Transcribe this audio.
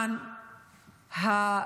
נגד